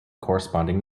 corresponding